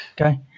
Okay